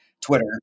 Twitter